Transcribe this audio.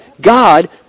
God